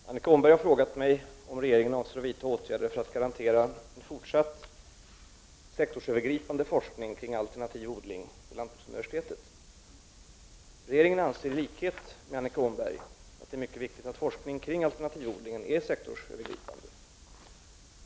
Herr talman! Annika Åhnberg har frågat mig om regeringen avser att vidta åtgärder för att garantera en fortsatt sektorsövergripande forskning kring alternativ odling vid lantbruksuniversitetet. Regeringen anser i likhet med Annika Åhnberg att det är mycket viktigt att forskningen kring alternativodlingen är sektorsövergripande.